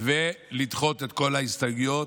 ולדחות את כל ההסתייגויות.